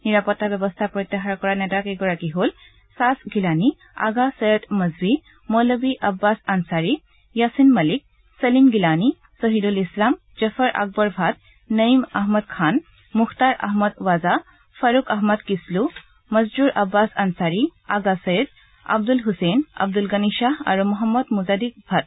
নিৰাপত্তা ব্যৱস্থা প্ৰত্যাহাৰ কৰা নেতা কেইগৰাকী হল চাচ গিলানী আগা চৈদয় মজভী মৌলবী আববাজ আনচাৰি য়াচিন মালিক চলিম গিলানী চহিদুল ইছলাম জফৰ আকবৰ ভাট নয়িম আহমদ খান মুখটাৰ আহমদ ৱাজা ফৰুখ আহমদ কিছলু মছৰুৰ আববাজ আনচাৰি আগা চৈয়দ আবুল ছছেইন আব্দুল গনি শ্বাহ আৰু মহম্মদ মুছাদিক ভাট